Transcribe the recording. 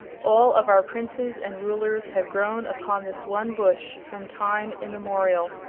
all of our princes and rulers have grown upon this one bush from time immemorial.